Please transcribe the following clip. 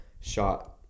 shot